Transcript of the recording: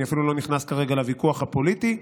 אני אפילו לא נכנס כרגע לוויכוח הפוליטי.